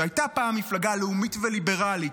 שהייתה פעם מפלגה לאומית וליברלית,